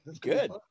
Good